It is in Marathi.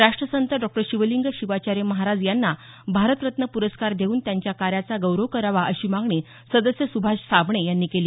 राष्ट्रसंत डॉ शिवलिंग शिवाचार्य महाराज यांना भारतरत्न पुरस्कार देऊन त्यांच्या कार्याचा गौरव करावा अशी मागणी सदस्य सुभाष साबणे यांनी केली